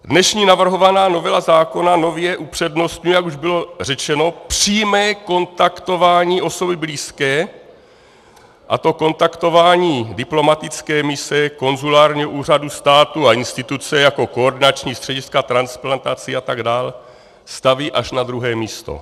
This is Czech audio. Dnešní navrhovaná novela zákona nově upřednostňuje, jak už bylo řečeno, přímo kontaktování osoby blízké, a to kontaktování diplomatické mise, konzulárního úřadu státu a instituce jako koordinační střediska transplantací atd. staví až na druhé místo.